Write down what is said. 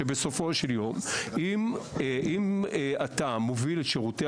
שבסופו של יום אם אתה מוביל את שירותי